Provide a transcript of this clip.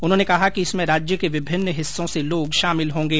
उन्होंने कहा कि इसमें राज्य के विभिन्न हिस्सों से लोग शामिल होंगे